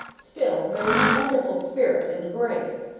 still there was a wonderful spirit and grace,